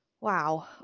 wow